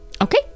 Okay